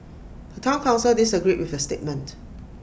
the Town Council disagreed with the statement